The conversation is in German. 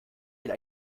will